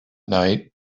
night